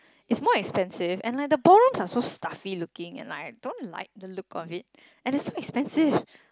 is more expensive and like the ballrooms are so stuffy looking and like I don't like the look of it and it's so expensive